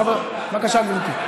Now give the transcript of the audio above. בבקשה, גברתי.